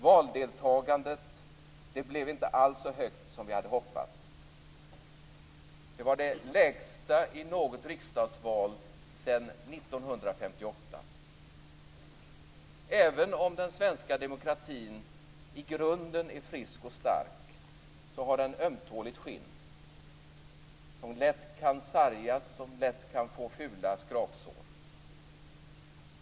Valdeltagandet blev inte alls så högt som vi hade hoppats. Det var det lägsta i något riksdagsval sedan 1958. Även om den svenska demokratin i grunden är frisk och stark har den ett ömtåligt skinn som lätt kan sargas, som lätt får fula skrapsår.